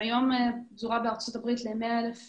שהיום פזורה בארצות הברית ל-100,000